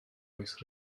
oes